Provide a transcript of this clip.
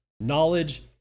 knowledge